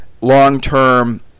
long-term